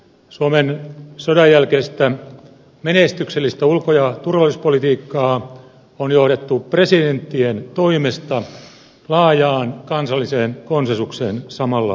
suomen sodanjälkeistä menestyksellistä ulko ja turvallisuuspolitiikkaa on johdettu presidenttien toimesta laajaan kansalliseen konsensukseen samalla nojautuen